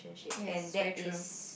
yes very true